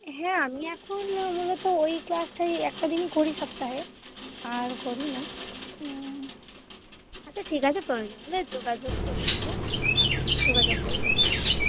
হ্যাঁ আমি এখন মূলত ওই ক্লাসটাই একটা দিনই করি সপ্তাহে আর করি না আচ্ছা ঠিক আছে প্রয়োজন হলে যোগাযোগ করে নেব যোগাযোগ করে নেবেন না